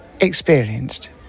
experienced